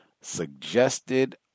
suggested